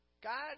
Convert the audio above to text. God